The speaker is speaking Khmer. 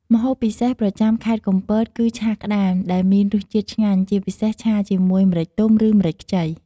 ម្ហូបពិសេសប្រចាំខេត្តកំពតគឺឆាក្តាមដែលមានរសជាតិឆ្ងាញ់ ជាពិសេសឆាជាមួយម្រេចទុំឬម្រេចខ្ចី។